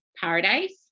paradise